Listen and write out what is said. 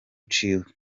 ciwe